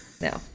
no